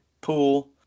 pool